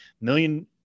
million